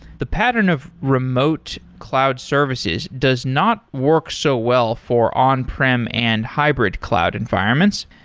the pattern of remote cloud services does not work so well for on-prem and hybrid cloud environments.